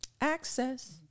Access